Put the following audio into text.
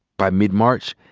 by mid-march,